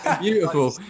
Beautiful